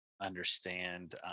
Understand